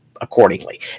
accordingly